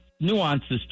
nuances